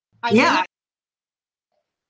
ya